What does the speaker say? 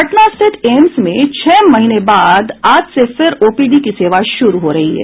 पटना स्थित एम्स में छह महीने बाद आज से फिर ओपीडी की सेवा शुरू हो रही है